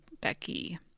becky